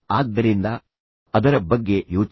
ಆದ್ದರಿಂದ ಅದರ ಬಗ್ಗೆ ಯೋಚಿಸಿ